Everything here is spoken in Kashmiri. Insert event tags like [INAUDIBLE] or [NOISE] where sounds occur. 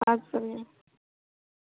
اَدٕ سا [UNINTELLIGIBLE]